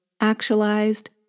actualized